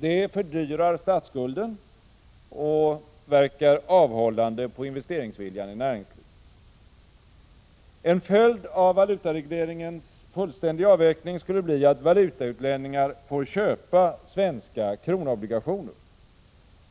Det fördyrar statsskulden och verkar avhållande på investeringsviljan i näringslivet. En följd av valutaregleringens fullständiga avveckling skulle bli att valutautlänningar får köpa svenska kronobligationer.